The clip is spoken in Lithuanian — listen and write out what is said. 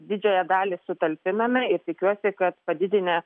didžiąją dalį sutalpiname ir tikiuosi kad padidinę